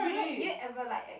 did you did you ever like Ed~